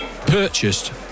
purchased